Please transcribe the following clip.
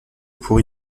pour